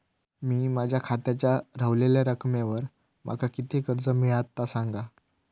मी माझ्या खात्याच्या ऱ्हवलेल्या रकमेवर माका किती कर्ज मिळात ता सांगा?